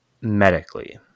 medically